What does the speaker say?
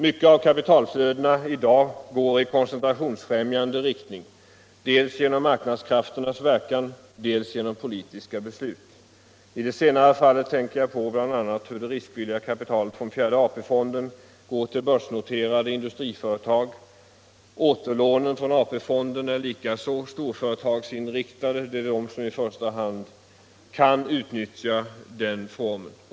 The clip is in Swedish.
Mycket av kapitalflödena går i dag i koncentrationsfrämjande riktning dels genom marknadskrafternas verkan, dels genom politiska beslut. I det senare fallet tänker jag på bl.a. hur det riskvilliga kapitalet från fjärde AP-fonden går till börsnoterade industriföretag. Återlånen från AP-fonden är likaså storföretagsinriktade — det är storföretagen som i första hand kan utnyttja den låneformen.